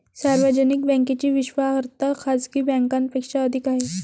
सार्वजनिक बँकेची विश्वासार्हता खाजगी बँकांपेक्षा अधिक आहे